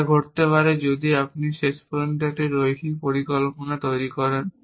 এটা ঘটতে পারে যদি আপনি শেষ পর্যন্ত একটি রৈখিক পরিকল্পনা তৈরি করেন